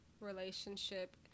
relationship